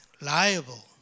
liable